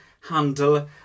handle